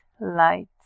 light